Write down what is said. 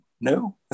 no